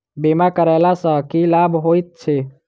बीमा करैला सअ की लाभ होइत छी?